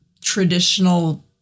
traditional